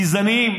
גזענים.